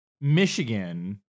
Michigan